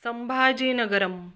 सम्भाजीनगरम्